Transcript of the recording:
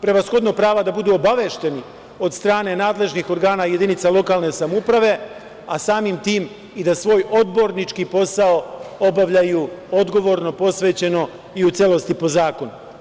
prevashodno prava da budu obavešteni od strane nadležnih organa jedinice lokalne samouprave, a samim tim da i svoj odbornički posao obavljaju odgovorno, posvećeno i u celosti po zakonu.